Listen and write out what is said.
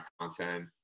content